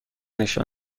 نشان